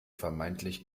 vermeintlich